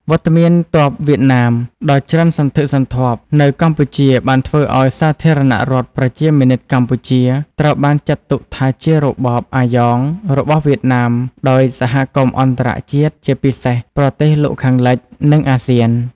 វត្តមានទ័ពវៀតណាមដ៏ច្រើនសន្ធឹកសន្ធាប់នៅកម្ពុជាបានធ្វើឱ្យ សាធារណរដ្ឋប្រជាមានិតកម្ពុជា ត្រូវបានចាត់ទុកថាជារបប "អាយ៉ង" របស់វៀតណាមដោយសហគមន៍អន្តរជាតិ ជាពិសេសប្រទេសលោកខាងលិច និងអាស៊ាន។